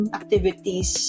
activities